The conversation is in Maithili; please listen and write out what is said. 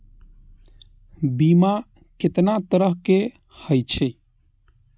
बीमा केतना तरह के हाई छै?